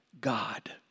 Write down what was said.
God